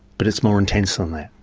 but it's more intense than that.